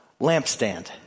lampstand